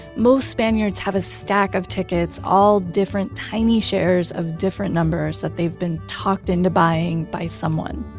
most spaniards have a stack of tickets all different tiny shares of different numbers that they've been talked into buying by someone.